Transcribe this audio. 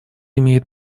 имеет